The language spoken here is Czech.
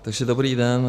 Takže dobrý den.